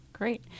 Great